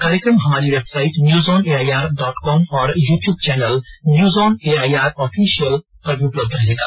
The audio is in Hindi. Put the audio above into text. कार्यक्रम हमारी website news on AIR dot com और YouTube channel news on AIR official पर भी उपलब्ध रहेगा